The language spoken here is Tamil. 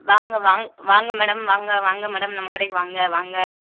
வாங்க வாங் வாங்க மேடம் வாங்க வாங்க மேடம் நம்ம கடைக்கு வாங்க வாங்க